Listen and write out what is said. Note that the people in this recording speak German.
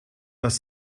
das